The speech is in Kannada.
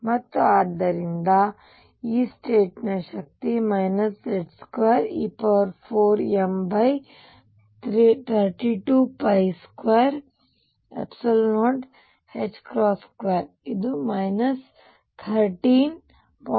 ಮತ್ತು ಆದ್ದರಿಂದ ಈ ಸ್ಟೇಟ್ ನ ಶಕ್ತಿ Z2e4m322022 ಇದು 13